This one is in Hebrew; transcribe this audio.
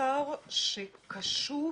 שר שקשוב